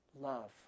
love